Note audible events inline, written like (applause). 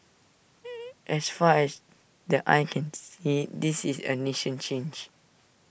(noise) as far as the eye can see this is A nation changed